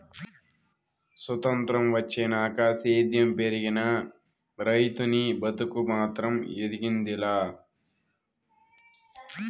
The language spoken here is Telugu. సొత్రంతం వచ్చినాక సేద్యం పెరిగినా, రైతనీ బతుకు మాత్రం ఎదిగింది లా